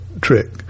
trick